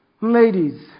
ladies